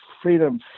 Freedom